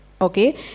Okay